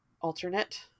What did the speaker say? alternate